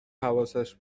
حواسش